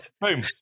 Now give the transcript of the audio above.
Boom